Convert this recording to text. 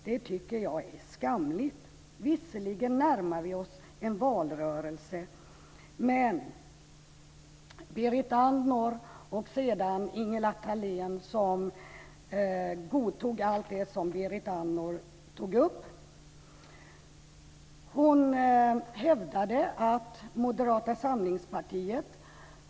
Det tycker jag är skamligt. Visserligen närmar vi oss en valrörelse. Men Ingela Thalén godtog allt det som Berit Andnor sade.